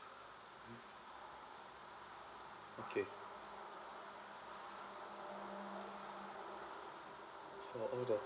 okay for all the